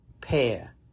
pair